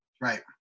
right